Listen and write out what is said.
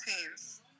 teams